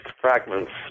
fragments